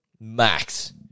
Max